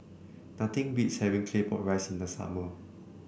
nothing beats having Claypot Rice in the summer